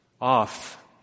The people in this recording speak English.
off